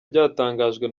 byatangajwe